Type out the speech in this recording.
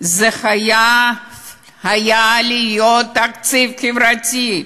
זה חייב היה להיות תקציב חברתי,